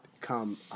come